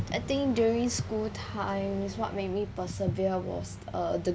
I think during school time is what make me persevere was uh the